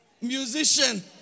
Musician